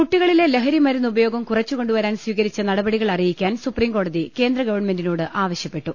കുട്ടികളിലെ ലഹരിമരുന്ന് ഉപയോഗം കുറച്ചുകൊണ്ടുവരാൻ സ്വീക രിച്ച നടപടികൾ അറിയിക്കാൻ സുപ്രീംകോടതി കേന്ദ്രഗവൺമെന്റിനോട് ആവശ്യപ്പെട്ടു